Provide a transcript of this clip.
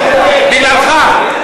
בגללך.